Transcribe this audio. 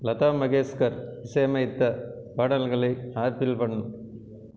லதா மங்கேஷ்கர் இசையமைத்த பாடல்களை ஆப்பில் பண்ணு